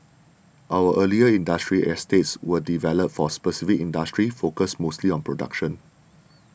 our earlier industrial estates were developed for specific industries focused mostly on production